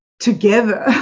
together